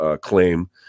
Claim